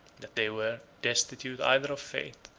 that they were destitute either of faith,